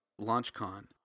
LaunchCon